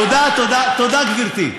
תודה, תודה, תודה, גברתי.